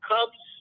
Cubs